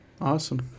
Awesome